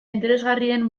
interesgarrien